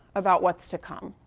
about what's to come.